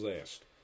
asked